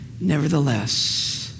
nevertheless